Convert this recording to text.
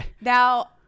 Now